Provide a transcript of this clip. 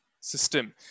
system